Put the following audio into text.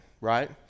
right